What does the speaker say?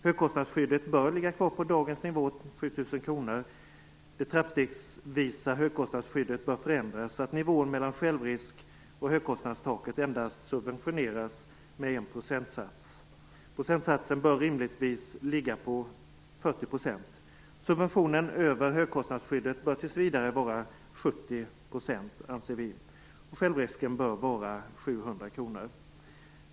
Högkostnadsskyddet bör ligga kvar på dagens nivå, dvs. 7 000 kr. Det trappstegsvisa högkostnadsskyddet bör förändras så att nivån mellan självrisk och högkostnadstaket endast subventioneras med en procentsats. Procentsatsen bör rimligtvis ligga på 40 %. Subventionen över högkostnadsskyddet bör tills vidare vara 70 %, och självrisken bör vara 700 kr.